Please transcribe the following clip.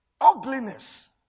ugliness